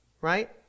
right